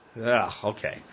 Okay